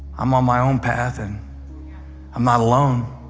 i'm on my own path, and i'm not alone.